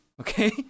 Okay